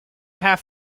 half